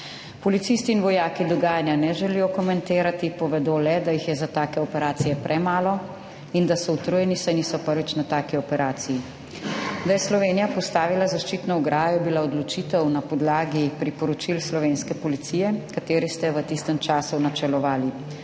Policisti in vojaki dogajanja ne želijo komentirati. Povedo le, da jih je za take operacije premalo. In da so utrujeni, saj niso prvič na taki operaciji.« Da je Slovenija postavila zaščitno ograjo, je bila odločitev na podlagi priporočil slovenske policije, ki ste ji v tistem času načelovali.